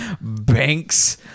banks